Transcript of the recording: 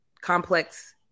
complex